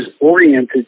oriented